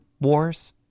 Wars